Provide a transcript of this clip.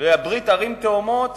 לברית ערים תאומות